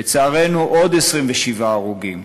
לצערנו, עוד 27 הרוגים.